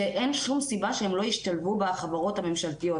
שאין שום סיבה שהם לא ישתלבו בחברות הממשלתיות.